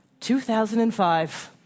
2005